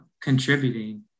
contributing